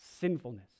sinfulness